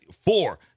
four